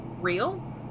real